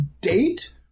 date